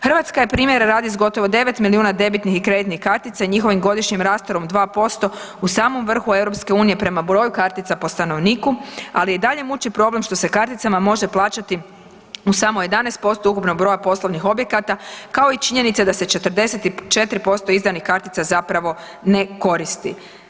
Hrvatska je primjera radi s gotovo 9 milijuna debitnih i kreditnih kartica i njihovim godišnjim rastom od 2% u samom vrhu EU prema broju kartica po stanovniku, ali je i dalje muči problem što se karticama može plaćati u samo 11% ukupnog broja poslovnih objekata kao i činjenice da se 40% izdanih kartica zapravo ne koristi.